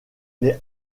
les